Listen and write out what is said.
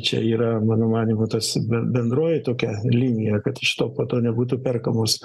čia yra mano manymu tarsi ben bendroji tokia linija kad iš to šito po to nebūtų perkamos